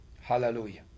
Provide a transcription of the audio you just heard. Hallelujah